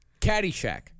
Caddyshack